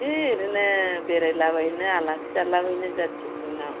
है ओरैनो बेरायलाबायहैनो आलासि जालाबायनो जाथिफोरनाव